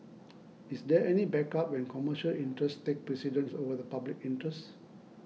is there any backup when commercial interests take precedence over the public interest